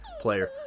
player